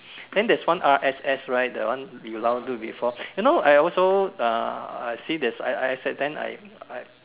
then there is one RSS right that one you download before you know I also uh see there's RSS then I I